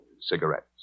cigarettes